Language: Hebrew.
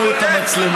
אנא הפנו את המצלמות.